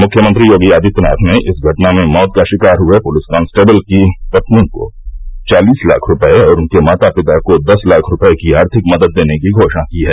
मुख्यमंत्री योगी आदित्यनाथ ने इस घटना में मौत का शिकार हये पुलिस कांस्टेबिल की पली को चालीस लाख रूपये और उनके मात पिता को दस लाख रूपये की आर्थिक मदद देने की घोषणा की है